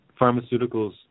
pharmaceuticals